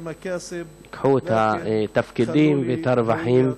קחו את התפקידים ואת הרווחים,